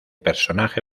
personaje